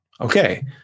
Okay